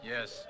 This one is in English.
Yes